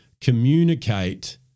communicate